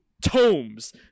Tomes